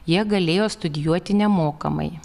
jie galėjo studijuoti nemokamai